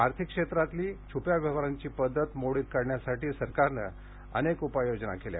आर्थिक क्षेत्रातली छुप्या व्यवहारांची पद्धत मोडीत काढण्यासाठी सरकारनं अनेक उपाययोजना केल्या